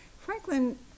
Franklin